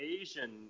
Asian